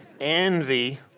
envy